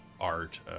art